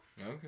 Okay